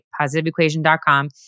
positiveequation.com